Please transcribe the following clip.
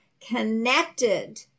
connected